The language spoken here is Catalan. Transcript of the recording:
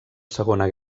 segona